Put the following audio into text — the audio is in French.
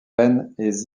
vaines